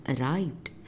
arrived